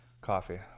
Coffee